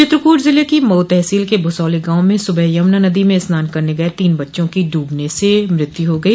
चित्रकूट जिले की मऊ तहसील के भुसौली गांव में सुबह यमुना नदी में स्नान करने गये तीन बच्चों की डूबने से मौत हो गई